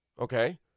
okay